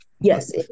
Yes